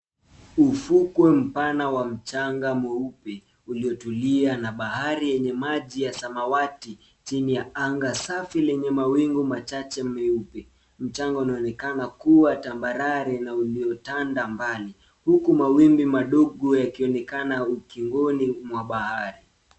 Ufukwe mpana wa mchanga mweupe uliotulia na bahari yenye maji ya samawati chini ya anga safi lenye mawingu machache mweupe. Mchanga unaonekana kuwa tambarare na uliotanda mbali huku mawimbi madogo yakionekana ukingoni mwa bahari.